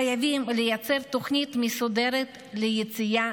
חייבים לייצר תוכנית מסודרת ליציאה